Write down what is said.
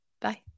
Bye